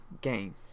game